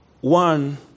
One